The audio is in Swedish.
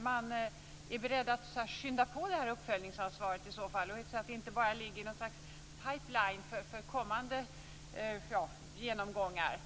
man är beredd att skynda på uppföljningsansvaret, så att inte frågan ligger i något slags pipeline för kommande genomgångar.